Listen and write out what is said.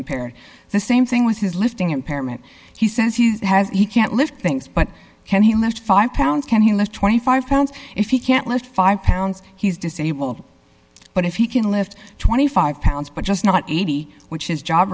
impaired the same thing with his lifting impairment he says he has he can't lift things but can he left five pounds can he live twenty five pounds if he can't lift five pounds he's disabled but if he can lift twenty five pounds but just not eighty which his job